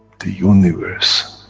the universe